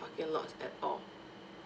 parking lots at all